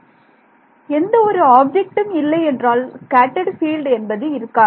மாணவர் எந்த ஒரு ஆப்ஜெக்ட்டும் இல்லை என்றால் ஸ்கேட்டர்ட் பீல்டு என்பது இருக்காது